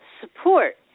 support